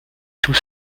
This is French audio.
tout